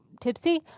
tipsy